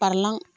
बारलां